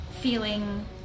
feeling